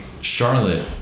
Charlotte